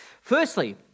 Firstly